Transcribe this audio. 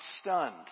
stunned